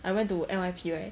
I went to N_Y_P right